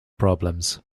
problems